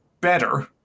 better